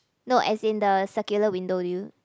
no as in the circular window do you